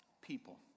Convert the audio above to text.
people